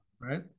right